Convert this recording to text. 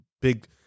big